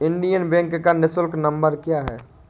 Indian bank का निःशुल्क number क्या है?